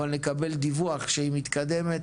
אבל נקבל ידווח שהיא מתקדמת